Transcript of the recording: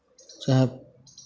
चाहे